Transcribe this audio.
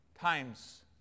times